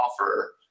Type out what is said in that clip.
offer